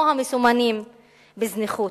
או המסומנים בהזנחה,